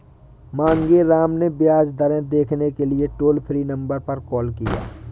मांगेराम ने ब्याज दरें देखने के लिए टोल फ्री नंबर पर कॉल किया